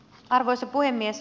arvoisa puhemies